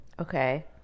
Okay